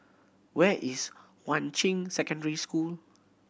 where is Yuan Ching Secondary School